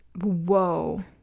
Whoa